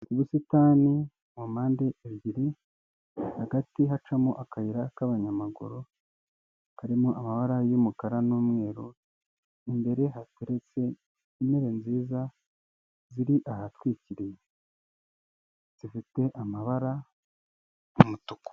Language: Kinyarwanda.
Ubusitani mu mpande ebyiri, hagati hacamo akayira k'abanyamaguru karimo amabara y'umukara n'umweru, imbere hateretse intebe nziza ziri ahatwikiriye zifite amabara y'umutuku.